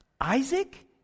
Isaac